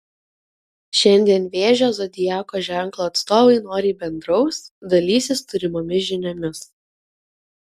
šiandien vėžio zodiako ženklo atstovai noriai bendraus dalysis turimomis žiniomis